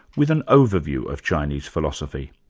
with an overview of chinese philosophy.